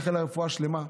לאחל לה רפואה שלמה,